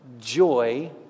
joy